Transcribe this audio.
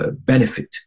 benefit